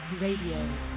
Radio